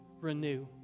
renew